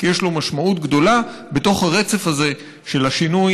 כי יש לו משמעות גדולה בתוך הרצף הזה של השינוי